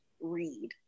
read